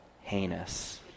heinous